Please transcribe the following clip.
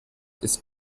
ist